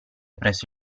presso